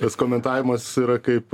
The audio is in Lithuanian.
tas komentavimas yra kaip